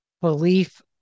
belief